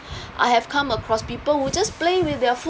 I have come across people who just play with their